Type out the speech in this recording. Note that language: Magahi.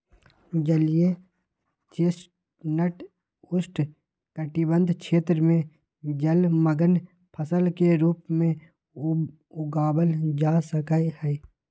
जलीय चेस्टनट उष्णकटिबंध क्षेत्र में जलमंग्न फसल के रूप में उगावल जा सका हई